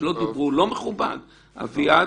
אביעד,